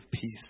peace